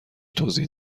توضیح